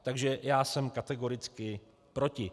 Takže jsem kategoricky proti.